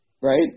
right